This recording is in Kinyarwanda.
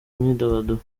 myidagaduro